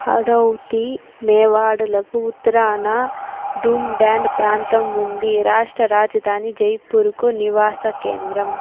హాడౌతీ మేవాడ్లకు ఉత్తరాన ఢూండ్యాడ్ ప్రాంతం ఉంది రాష్ట్ర రాజధాని జైపూర్కి నివాస కేంద్రం